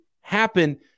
happen